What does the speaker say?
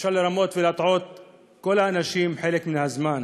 ואפשר לרמות ולהטעות את כל האנשים חלק מהזמן,